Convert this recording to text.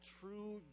true